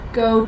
go